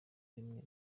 rimwe